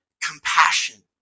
compassion